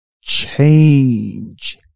change